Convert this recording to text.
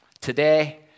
Today